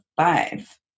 five